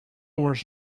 was